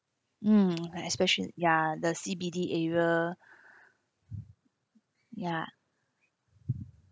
mm especially ya the C_B_D area ya